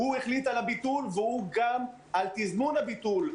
הוא החליט על הביטול והוא גם החליט על תזמון הביטול,